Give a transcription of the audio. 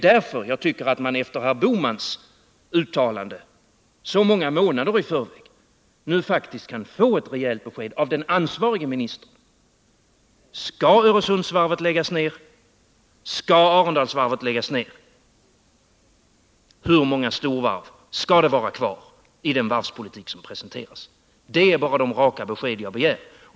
Därför tycker jag att man efter herr Bohmans uttalande så många månader i förväg nu faktiskt borde kunna få ett rejält besked av den ansvarige ministern: Skall Öresundsvarvet läggas ned? Skall Arendalsvarvet läggas ned? Hur många storvarv skall vara kvar i den varvspolitik som kommer att presenteras? Det är de raka besked jag begär att få.